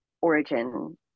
origin